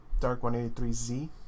Dark183Z